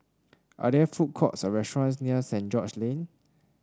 are there food courts or restaurants near Saint George's Lane